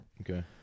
Okay